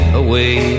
away